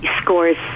scores